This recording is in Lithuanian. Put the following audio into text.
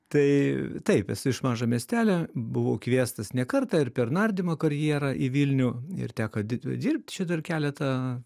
tai taip esu iš mažo miestelio buvau kviestas ne kartą ir per nardymo karjerą į vilnių ir teko dit v dirbt šito ir keletą